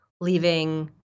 leaving